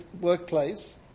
workplace